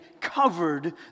covered